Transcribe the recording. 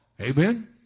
Amen